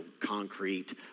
concrete